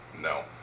No